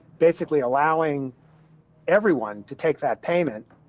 basically, allowing everyone to take that payment